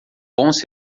bons